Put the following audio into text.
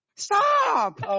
stop